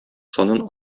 санын